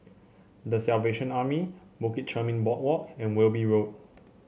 The Salvation Army Bukit Chermin Boardwalk and Wilby Road